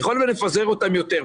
ככל שנפזר אותם יותר,